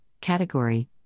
category